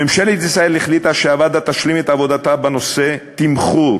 ממשלת ישראל החליטה שהוועדה תשלים את עבודתה בנושא תמחור